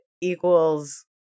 equals